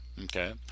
Okay